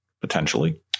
potentially